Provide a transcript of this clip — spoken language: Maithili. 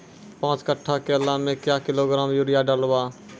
पाँच कट्ठा केला मे क्या किलोग्राम यूरिया डलवा?